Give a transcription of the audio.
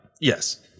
Yes